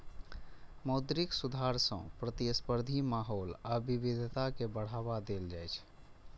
मौद्रिक सुधार सं प्रतिस्पर्धी माहौल आ विविधता कें बढ़ावा देल जाइ छै